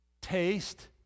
Taste